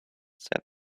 said